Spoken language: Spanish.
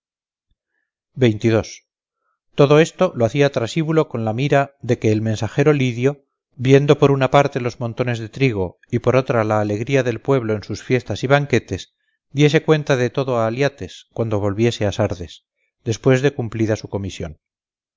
todo esto lo hacía trasíbulo con la mira de que el mensajero lidio viendo por una parte los montones de trigo y por otra la alegría del pueblo en sus fiestas y banquetes diese cuenta de todo a aliates cuando volviese a sardes después de cumplida su comisión